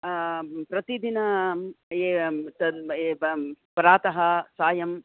प्रतिदिनं तद् प्रातः सायं